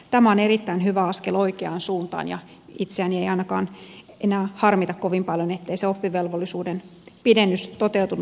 tämä on erittäin hyvä askel oikeaan suuntaan ja itseäni ei ainakaan enää harmita kovin paljon ettei se oppivelvollisuuden pidennys toteutunut